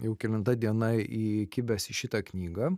jau kelinta diena įkibęs į šitą knygą